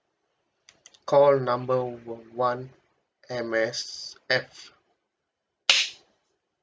call number o~ one M_S_F